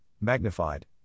magnified